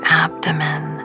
abdomen